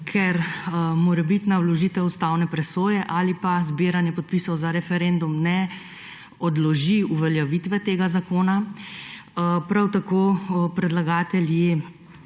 ker morebitna vložitev ustavne presoje ali pa zbiranje podpisov za referendum ne odloži uveljavitve tega zakona. Prav tako predlagatelji